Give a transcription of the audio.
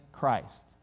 Christ